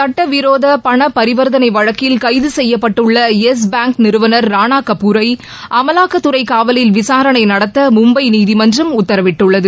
சட்ட விரோத பணபரிவர்த்தனை வழக்கில் கைது செய்யப்பட்டுள்ள எஸ் பேங்க் நிறுவனர் ராணா கபூரை அமலாக்கத்துறை காவலில் விசாரணை நடத்த மும்பை நீதிமன்றம உத்தரவிட்டுள்ளது